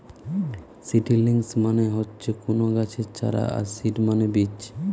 seedlings মানে হচ্ছে কুনো গাছের চারা আর সিড মানে বীজ